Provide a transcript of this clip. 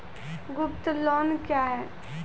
Group loan क्या है?